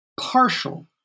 partial